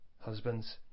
Husbands